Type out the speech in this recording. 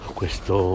questo